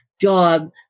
job